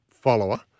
follower